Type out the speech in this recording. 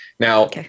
Now